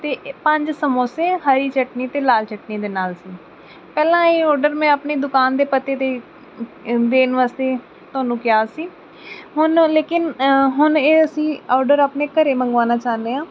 ਅਤੇ ਪੰਜ ਸਮੋਸੇ ਹਰੀ ਚਟਨੀ ਅਤੇ ਲਾਲ ਚਟਨੀ ਦੇ ਨਾਲ ਸੀ ਪਹਿਲਾਂ ਇਹ ਆਰਡਰ ਮੈਂ ਆਪਣੀ ਦੁਕਾਨ ਦੇ ਪਤੇ 'ਤੇ ਦੇਣ ਵਾਸਤੇ ਤੁਹਾਨੂੰ ਕਿਹਾ ਸੀ ਹੁਣ ਲੇਕਿਨ ਹੁਣ ਇਹ ਅਸੀਂ ਆਰਡਰ ਆਪਣੇ ਘਰ ਮੰਗਵਾਉਣਾ ਚਾਹੁੰਦੇ ਹਾਂ